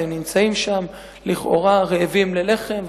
והם נמצאים שם לכאורה רעבים ללחם,